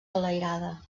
enlairada